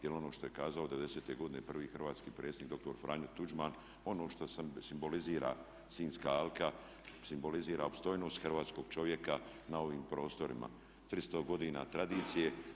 Jer ono što je kazao '90. godine prvi hrvatski predsjednik dr. Franjo Tuđman ono što simbolizira Sinjska alka simbolizira opstojnost hrvatskog čovjeka na ovim prostorima 300 godina tradicije.